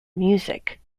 music